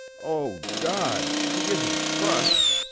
oh, god, she isn't crushed!